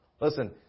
Listen